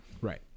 Right